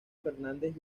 fernández